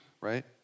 right